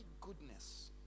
goodness